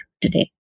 today